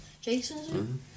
Jason